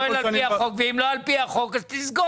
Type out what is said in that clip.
פועל על פי החוק ואם לא על פי החוק אז תסגור,